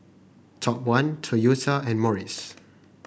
Top One Toyota and Morries